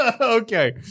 Okay